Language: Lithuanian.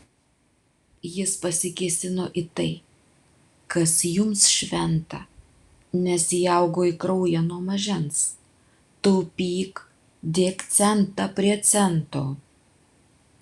jis pasikėsino į tai kas jums šventa nes įaugo į kraują nuo mažens taupyk dėk centą prie cento